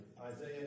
Isaiah